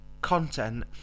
content